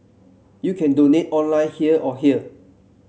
you can donate online here or here